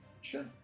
Sure